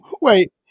wait